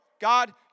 God